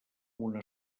una